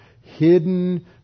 hidden